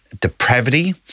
depravity